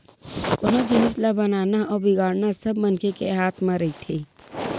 कोनो जिनिस ल बनाना अउ बिगाड़ना सब मनखे के हाथ म रहिथे